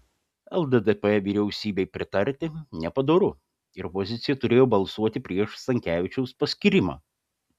lddp vyriausybei pritarti nepadoru ir opozicija turėjo balsuoti prieš stankevičiaus paskyrimą